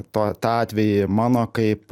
to tą atvejį mano kaip